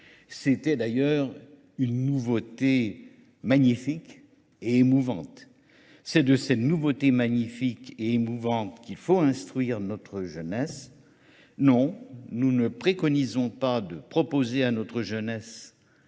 C'était d'ailleurs une nouveauté magnifique et émouvante. C'est de cette nouveauté magnifique et émouvante qu'il faut instruire notre jeunesse. Non, nous ne préconisons pas de proposer à notre jeunesse